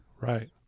Right